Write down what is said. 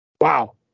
Wow